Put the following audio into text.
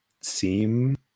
seem